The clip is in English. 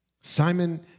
Simon